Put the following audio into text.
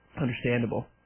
Understandable